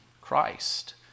Christ